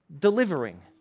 delivering